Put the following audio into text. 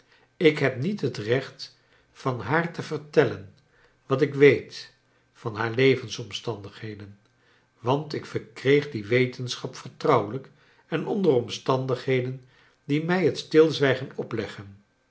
ik heb niet het recht van haar te vertellen wat ik weet van haar levensomstandigheden want ik verkreeg die we tens chap vertrouwelijk en onder omstandigheden die mij het stilzwijgen opleggen